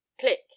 click